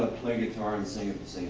play guitar and so